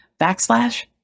backslash